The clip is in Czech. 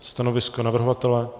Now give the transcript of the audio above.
Stanovisko navrhovatele?